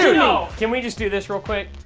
you know can we just do this real quick?